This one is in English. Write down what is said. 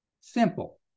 Simple